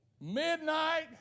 Midnight